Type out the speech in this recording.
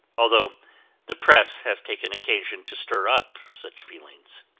although the press has taken occasion to stir up such feelings.